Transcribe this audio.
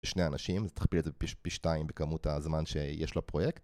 שני אנשים, תכפיל את זה פי שתיים בכמות הזמן שיש לו פרויקט